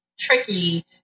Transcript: tricky